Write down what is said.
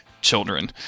children